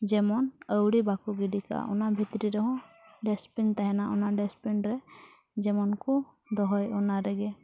ᱡᱮᱢᱚᱱ ᱟᱹᱣᱲᱤ ᱵᱟᱠᱚ ᱜᱤᱰᱤ ᱠᱟᱜᱼᱟ ᱚᱱᱟ ᱵᱷᱤᱛᱛᱨᱤ ᱨᱮ ᱦᱚᱸ ᱰᱟᱥᱴᱵᱤᱱ ᱛᱟᱦᱮᱱᱟ ᱚᱱᱟ ᱰᱟᱥᱴᱵᱤᱱ ᱨᱮ ᱡᱮᱢᱚᱱ ᱠᱚ ᱫᱚᱦᱚᱭ ᱚᱱᱟ ᱨᱮᱜᱮ